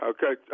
Okay